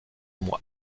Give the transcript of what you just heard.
mois